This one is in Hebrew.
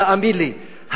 תאמין לי,